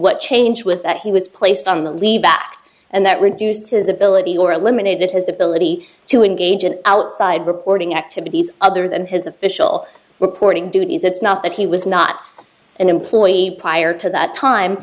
what changed was that he was placed on the leave and that reduced his ability or eliminated his ability to engage an outside reporting activities other than his official reporting duties it's not that he was not an employee prior to that time